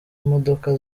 modoka